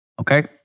Okay